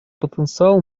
потенциал